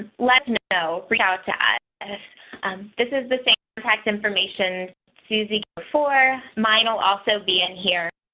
ah let me and so read out to ah and us. um this is the same tax information susie before mine will also be in here,